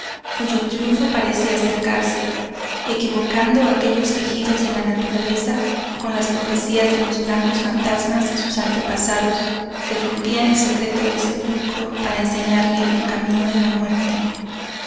cuyo triunfo parecía acercarse equivocando aquellos quejidos de la naturaleza con las profecías de los blancos fantasmas de sus antepasados que rompían el secreto del sepulcro para enseñarle el camino de la muerte